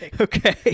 Okay